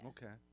Okay